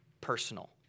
personal